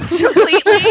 Completely